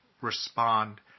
respond